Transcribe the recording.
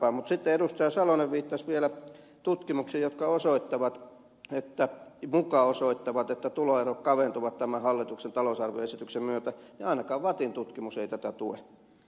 mutta sitten kun edustaja salonen viittasi vielä tutkimuksiin jotka muka osoittavat että tuloerot kaventuvat tämän hallituksen talousarvioesityksen myötä niin ainakaan vattin tutkimus ei tätä tue